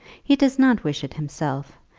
he does not wish it himself.